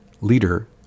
leader